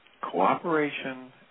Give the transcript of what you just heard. cooperation